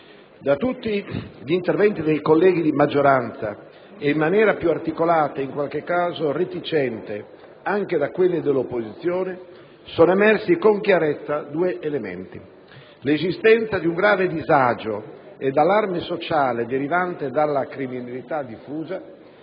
Da tutti gli interventi dei colleghi di maggioranza e, in maniera più articolata e in qualche caso reticente, anche da quelli dell'opposizione, sono emersi con chiarezza due elementi: l'esistenza di un grave disagio ed allarme sociale derivante dalla criminalità diffusa,